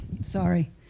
sorry